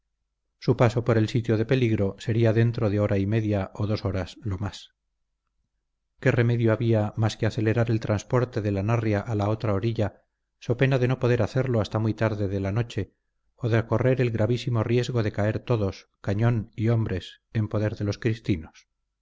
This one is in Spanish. su paso por el sitio de peligro sería dentro de hora y media o dos horas lo más qué remedio había más que acelerar el transporte de la narria a la otra orilla so pena de no poder hacerlo hasta muy tarde de la noche o de correr el gravísimo riesgo de caer todos cañón y hombres en poder de los cristinos